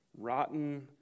rotten